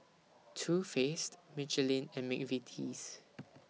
Too Faced Michelin and Mcvitie's